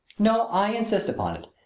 no i insist upon it.